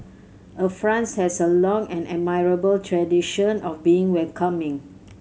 a France has a long and admirable tradition of being welcoming